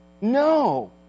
No